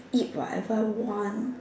eat whatever want